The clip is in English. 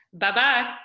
Bye-bye